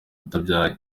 atabyaye